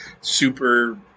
super